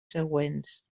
següents